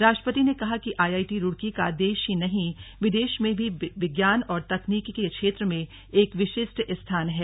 राष्ट्रपति ने कहा कि आईआईटी रुड़की का देश ही नहीं विदेश में भी विज्ञान और तकनीक के क्षेत्र में एक विशिष्ट स्थान है